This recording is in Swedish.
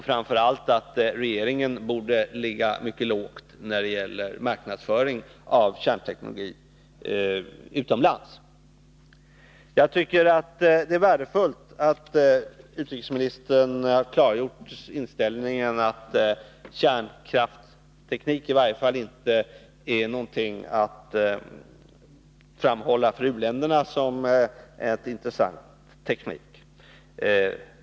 Framför allt borde regeringen ligga mycket lågt när det gäller marknadsföring av kärnteknologi utomlands. Det är värdefullt att utrikesministern klargjort inställningen att kärnkraftteknik i varje fall inte är någonting att framhålla för u-länderna som en intressant teknik.